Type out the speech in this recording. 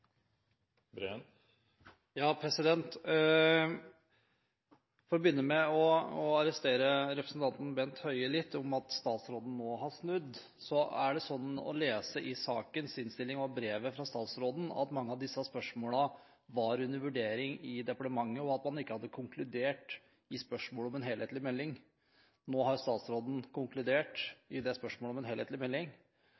med å arrestere representanten Bent Høie litt på det om at statsråden må ha snudd. I sakens innstilling står det å lese i brevet fra statsråden at mange av disse spørsmålene var under vurdering i departementet, og at man ikke hadde konkludert i spørsmålet om en helhetlig melding. Nå har statsråden konkludert